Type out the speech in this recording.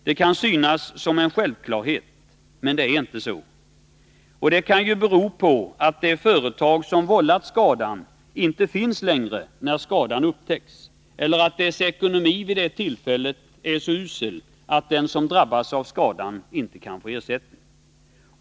Det kan synas vara en självklarhet, men så är det inte. Det kan bero på att det företag som vållat skadan inte längre finns när skadan upptäcks eller på att företagets ekonomi vid det aktuella tillfället är så usel att den som drabbas av skada inte kan få ersättning.